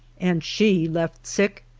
and she left sick,